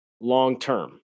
long-term